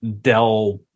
Dell